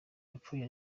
yapfuye